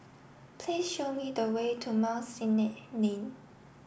please show me the way to Mount Sinai Lane